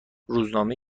روزنامه